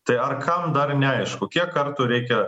tai ar kam dar neaišku kiek kartų reikia